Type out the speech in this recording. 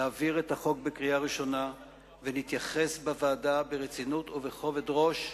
להעביר את החוק בקריאה ראשונה ולהתייחס בוועדה ברצינות ובכובד ראש